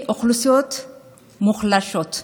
מאוכלוסיות מוחלשות.